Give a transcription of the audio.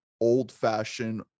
old-fashioned